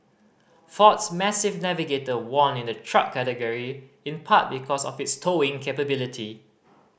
Ford's massive Navigator won in the truck category in part because of its towing capability